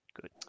Good